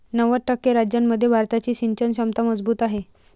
नव्वद टक्के राज्यांमध्ये भारताची सिंचन क्षमता मजबूत आहे